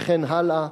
וכן הלאה,